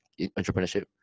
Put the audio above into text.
entrepreneurship